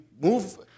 move